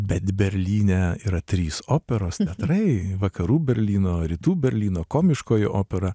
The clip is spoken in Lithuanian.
bet berlyne yra trys operos teatrai vakarų berlyno rytų berlyno komiškoji opera